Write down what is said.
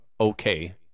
Okay